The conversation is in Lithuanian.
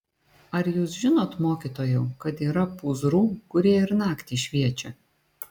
ar jūs žinot mokytojau kad yra pūzrų kurie ir naktį šviečia